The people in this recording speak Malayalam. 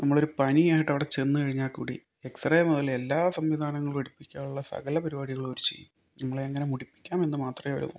നമ്മൾ ഒരു പനി ആയിട്ട് അവിടെ ചെന്ന് കഴിഞ്ഞാൽ കൂടി എക്സറേ മുതൽ എല്ലാ സംവിധാനങ്ങളും എടുപ്പിക്കാനുള്ള സകല പരിപാടികളും അവർ ചെയ്യും നമ്മളെ എങ്ങനെ മുടിപ്പിക്കാം എന്ന് മാത്രമേ അവർ നോക്കുകയുള്ളൂ